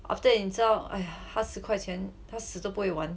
after that 你知道 !haiya! 他十块钱他死都不会还